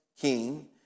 king